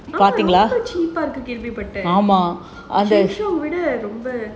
இருக்கு கேள்வி பட்டேன்:irukku kaelvi pattaen Sheng Siong விட ரொம்ப:vida romba